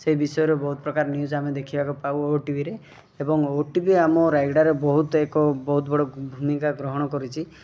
ସେ ବିଷୟରେ ବହୁତ ପ୍ରକାର ନ୍ୟୁଜ୍ ଆମେ ଦେଖିବାକୁ ପାଉ ଓଟିଭିରେ ଏବଂ ଓଟିଭି ଆମ ରାୟଗଡ଼ାରେ ବହୁତ ଏକ ବହୁତ ବଡ଼ ଭୂମିକା ଗ୍ରହଣ କରିଛି